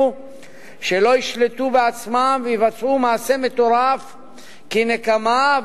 שלא ישלטו בעצמם ויבצעו מעשה מטורף כנקמה,